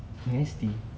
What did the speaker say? nasty